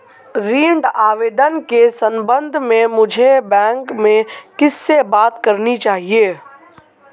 ऋण आवेदन के संबंध में मुझे बैंक में किससे बात करनी चाहिए?